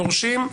כולנו יורשים,